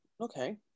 okay